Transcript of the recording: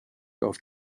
auf